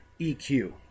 EQ